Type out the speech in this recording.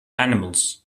animals